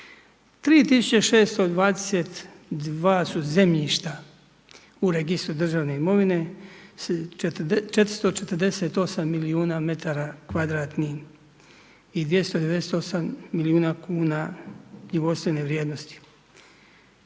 3622 su zemljišta u registru državne imovine, 448 milijuna metara kvadratnih i 298 milijuna kuna knjigovodstvene vrijednosti.